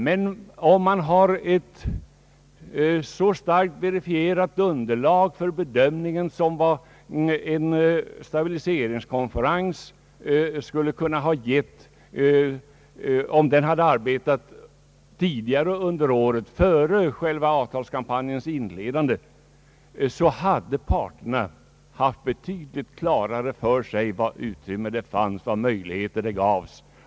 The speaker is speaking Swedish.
Men om det funnits ett så starkt verifierat underlag för bedömningen som en stabiliseringskonferens skulle kunnat ge — om den hade arbetat tidigare under året, före själve avtalskampanjens inledande — hade parterna haft betydligt bättre klart för sig vilket utrymme och vilka möjligheter som finns.